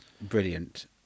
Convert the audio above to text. brilliant